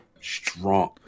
strong